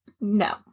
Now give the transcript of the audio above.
No